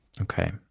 Okay